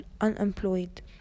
unemployed